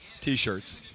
T-shirts